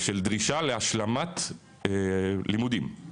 של דרישה להשלמת לימודים.